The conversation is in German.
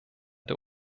der